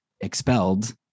expelled